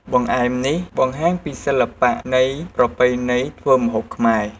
បង្អែមនេះបង្ហាញពីសិល្បៈនៃប្រពៃណីធ្វើម្ហូបខ្មែរ។